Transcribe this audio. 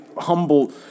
Humble